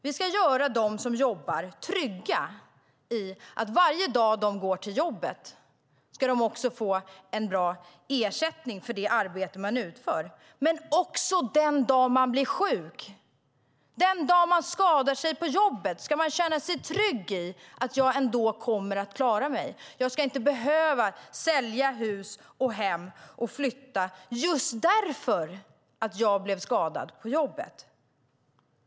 Vi ska göra dem som jobbar trygga i att de varje dag de går till jobbet också ska få en bra ersättning för det arbete de utför. Men också den dag man blir sjuk, den dag man skadar sig på jobbet, ska man känna sig trygg i att man ändå kommer att klara sig. Jag ska inte behöva sälja hus och hem och flytta just därför att jag blev skadad på jobbet.